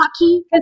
lucky